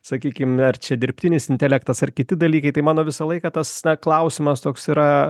sakykim ar čia dirbtinis intelektas ar kiti dalykai tai mano visą laiką tas na klausimas toks yra